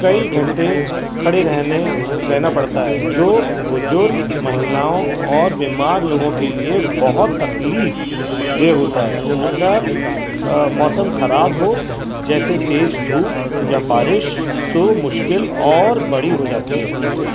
کئی گھنٹے کھڑے رہنے رہنا پڑتا ہے جو بزرگ مہیلاؤں اور بیمار لوگوں کے لیے بہت تکلیف دیہہ ہوتا ہے اگر موسم خراب ہو جیسے تیز دھوپ یا بارش تو مشکل اور بڑی ہو جاتی ہے